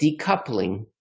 decoupling